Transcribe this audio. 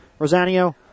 Rosanio